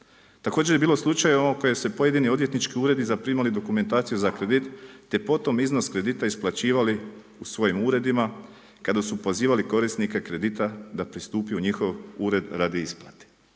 Također je bilo slučajeva u kojem su pojedini odvjetnički uredi zaprimali dokumentaciju za kredit, te potom iznos kredita isplaćivali u svojim uredima kada su pozivali korisnike kredita da pristupi u njihov ured radi isplate.